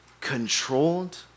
controlled